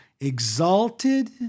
exalted